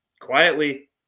quietly